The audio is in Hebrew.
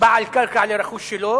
בעל קרקע לרכוש שלו,